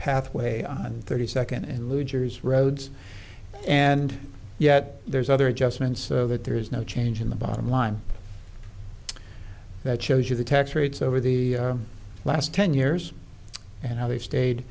pathway on thirty second and looters roads and yet there's other adjustments that there is no change in the bottom line that shows you the tax rates over the last ten years and how they've stayed